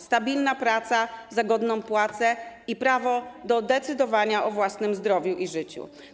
stabilna praca za godną płacę i prawo do decydowania o własnym zdrowiu i życiu.